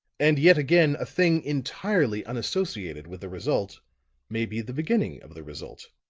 and yet again, a thing entirely unassociated with a result may be the beginning of the result,